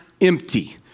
empty